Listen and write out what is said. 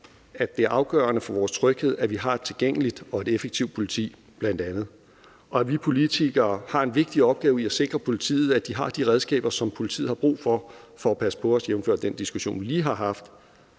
at det afgørende for vores tryghed bl.a. er, at vi har et tilgængeligt og effektivt politi, og at vi politikere har en vigtig opgave i at sikre, at politiet har de redskaber, som politiet har brug for for at passe på os, jævnfør den diskussion, vi lige har haft.